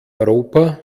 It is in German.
europa